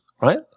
right